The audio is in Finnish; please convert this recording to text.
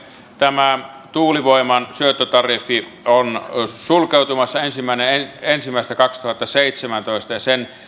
tämä tuulivoiman syöttötariffi on sulkeutumassa ensimmäinen ensimmäistä kaksituhattaseitsemäntoista ja sen